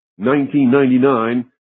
1999